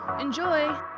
Enjoy